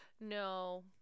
No